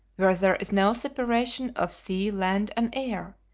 where there is no separation of sea, land, and air,